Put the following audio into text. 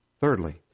Thirdly